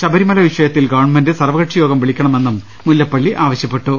ശബരിമല വിഷയത്തിൽ ഗവൺമെന്റ് സർവകക്ഷി യോഗം വിളിക്കണമെന്നും മുല്ലപ്പള്ളി ആവശ്യപ്പെട്ടു